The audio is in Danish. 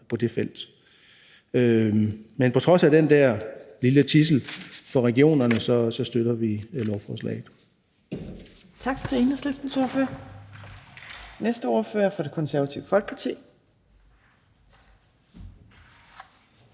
på det felt. Men på trods af den der lille tidsel for regionerne støtter vi lovforslaget.